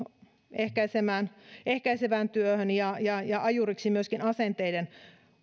ehkäisevään työhön ja ja ajuriksi myöskin asenteiden